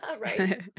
Right